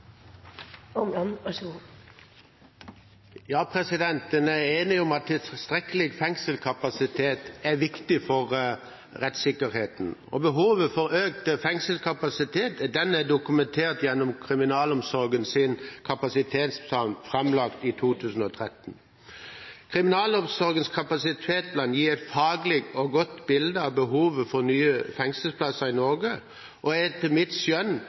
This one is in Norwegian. viktig for rettssikkerheten, og behovet for økt fengselskapasitet er dokumentert gjennom Kriminalomsorgens kapasitetsplan framlagt i 2013. Kriminalomsorgens kapasitetsplan gir et faglig godt bilde av behovet for nye fengselsplasser i Norge, og er etter mitt skjønn